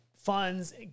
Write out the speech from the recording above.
funds